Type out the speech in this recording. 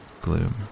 gloom